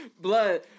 Blood